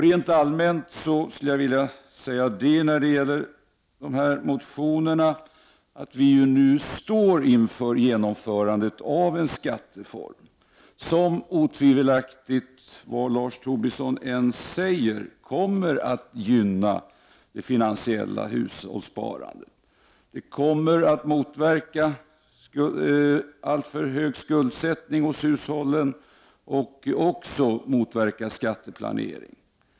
Rent allmänt skulle jag när det gäller motionerna vilja säga att vi nu står inför genomförandet av en skattereform, som otvivelaktigt — vad Lars Tobisson än säger — kommer att gynna det finansiella hushållssparandet. Det kommer att motverka alltför hög skuldsättning hos hushållen, och även skatteplanering.